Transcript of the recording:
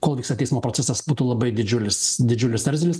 kol vyksta teismo procesas būtų labai didžiulis didžiulis erzelis